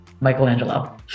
Michelangelo